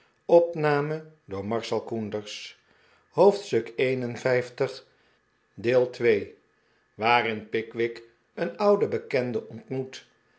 hoofdstuk li waarin pickwick een ouden bekende ontmoet